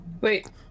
Wait